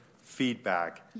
feedback